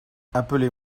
appelez